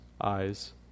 eyes